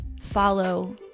follow